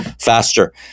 faster